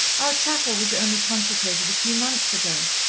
our chapel was only consecrated a few months ago.